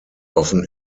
often